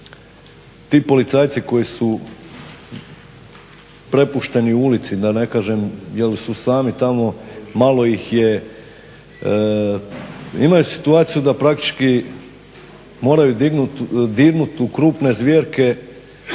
ti policajci koji su prepušteni ulici, da ne kažem jel su sami tamo, malo ih je, imaju situaciju da praktički, moraju dirnut u krupne zvjerke